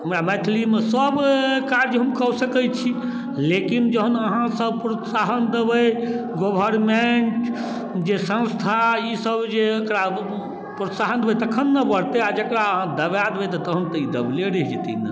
हमरा मैथिलीमे सभ काज हम कऽ सकै छी लेकिन जहन अहाँ सभ प्रोत्साहन दबै गवरमेन्ट जे संस्था ई सभ जे एकरा प्रोत्साहन दबै तखन ने बढ़तै आ जकरा अहाँ दबा देबै तहन तऽ ई दबले रहि जेतै ने